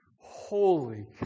Holy